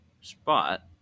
spot